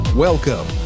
Welcome